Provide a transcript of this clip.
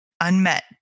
unmet